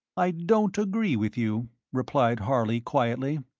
i don't agree with you, replied harley, quietly.